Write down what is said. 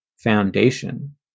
foundation